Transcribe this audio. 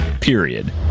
period